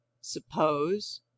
suppose